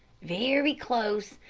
very close,